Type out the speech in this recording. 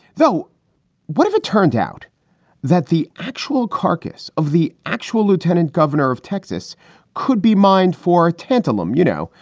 though what if it turned out that the actual carcass of the actual lieutenant governor of texas could be mined for tantalum? you know,